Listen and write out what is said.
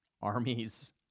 armies